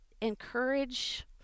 encourage